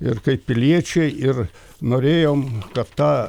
ir kaip piliečiai ir norėjom kad ta